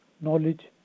Knowledge